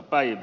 päivä